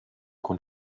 grund